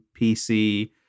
PC